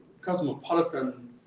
cosmopolitan